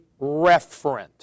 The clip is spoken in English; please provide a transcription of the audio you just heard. referent